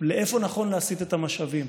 לאיפה נכון להסיט את המשאבים.